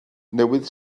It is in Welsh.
newydd